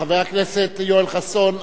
חבר הכנסת יואל חסון,